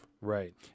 right